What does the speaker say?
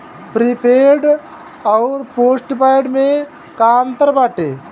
Prepaid अउर postpaid में का अंतर बाटे?